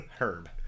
herb